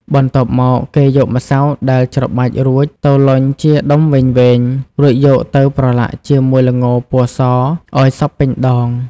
បន្ទាប់មក គេយកម្សៅដែលច្របាច់រួចទៅលុញជាដុំវែងៗ រួចយកទៅប្រឡាក់ជាមួយល្ងរពណ៌សឲ្យសព្វពេញដង។